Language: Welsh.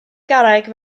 garreg